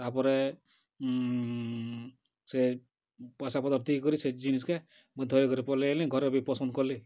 ତା'ର୍ପରେ ସେ ପଇସାପତର୍ ଠିକ୍ କରି ସେ ଜିନ୍ସ କେ ମୁଇଁ ଧରିକରି ପଲେଇ ଆଇଲି ଘରେବି ପସନ୍ଦ୍ କଲେ